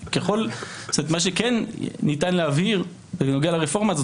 מה שכן ניתן להבהיר בנוגע לרפורמה הזאת